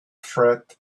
threat